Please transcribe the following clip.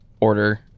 order